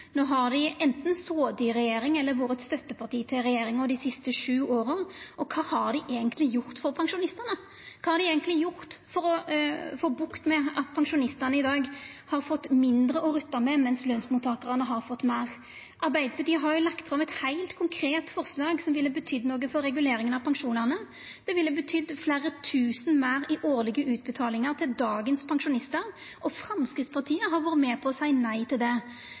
har dei anten sete i regjering eller vore eit støtteparti for regjeringa dei siste sju åra, og kva har dei eigentleg gjort for pensjonistane? Kva har dei eigentleg gjort for å få bukt med at pensjonistane i dag har fått mindre å rutta med, mens lønsmottakarane har fått meir? Arbeidarpartiet har lagt fram eit heilt konkret forslag som ville betydd noko for reguleringa av pensjonane. Det ville betydd fleire tusen meir i årlege utbetalingar til dagens pensjonistar, og Framstegspartiet har vore med på å seia nei til det.